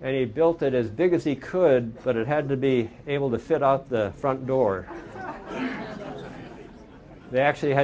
and he built it as big as he could but it had to be able to sit out the front door they actually had